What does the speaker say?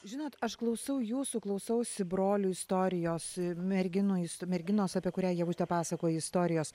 žinot aš klausau jūsų klausausi brolių istorijos merginų is merginos apie kurią ievute pasakoji istorijos